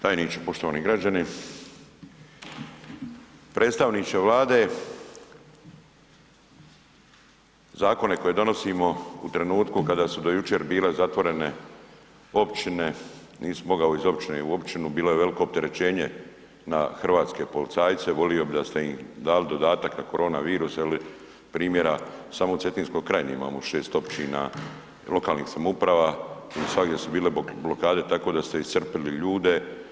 Tajniče, poštovani građani, predstavniče Vlade, zakone koje donosimo u trenutku kada su do jučer bile zatvorene općine, nisi mogao iz općine u općinu bilo je veliko opterećenje na hrvatske policajce, volio bi da ste im dali dodatak na korona virus je li primjera samo u Cetinskoj krajini imamo 6 općina i lokalnih samouprava, svagdje su bile blokade tako da ste iscrpili ljude.